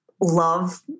love